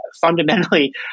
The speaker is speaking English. fundamentally